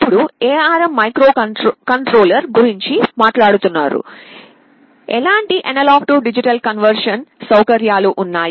ఇప్పుడు ARM మైక్రోకంట్రోలర్ల గురించి మాట్లాడుతున్నారు ఎలాంటి A D కన్వర్షన్ సౌకర్యాలు ఉన్నాయి